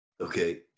Okay